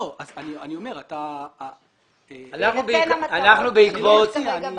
אנחנו בעקבות מה